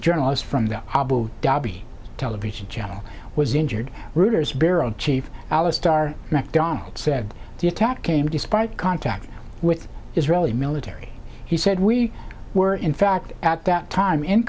journalists from the abo dhabi television channel was injured rooters bureau chief alice star mcdonald said the attack came despite contact with israeli military he said we were in fact at that time in